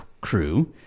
crew